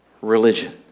religion